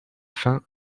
fin